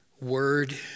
word